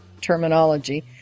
terminology